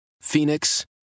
Phoenix